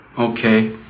okay